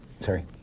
Sorry